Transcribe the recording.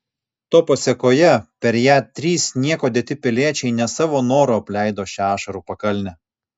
to pasėkoje per ją trys nieko dėti piliečiai ne savo noru apleido šią ašarų pakalnę